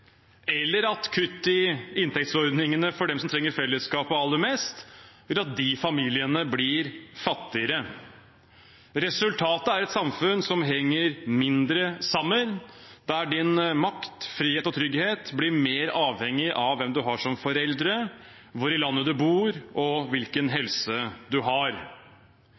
eller at kutt i inntektsordningene for dem som trenger fellesskapet aller mest, gjør at de familiene blir fattigere. Resultatet er et samfunn som henger mindre sammen, der ens makt, frihet og trygghet blir mer avhengig av hvem man har som foreldre, hvor i landet man bor, og hvilken helse man har.